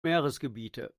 meeresgebiete